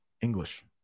English